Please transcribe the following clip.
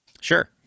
Sure